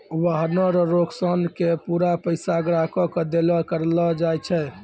वाहन रो नोकसान के पूरा पैसा ग्राहक के देलो करलो जाय छै